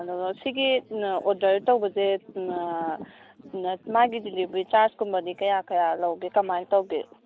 ꯑꯗꯨꯒ ꯁꯤꯒꯤ ꯑꯣꯔꯗꯔ ꯇꯧꯕꯁꯦ ꯃꯥꯒꯤ ꯗꯤꯂꯤꯕꯔꯤ ꯆꯥꯔꯁꯀꯨꯝꯕꯗꯤ ꯀꯌꯥ ꯀꯌꯥ ꯂꯧꯕꯒꯦ ꯀꯔꯃꯥꯏꯅ ꯇꯧꯕꯒꯦ